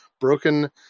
broken